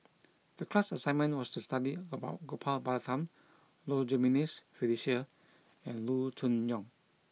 the class assignment was to study about Gopal Baratham Low Jimenez Felicia and Loo Choon Yong